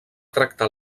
tractar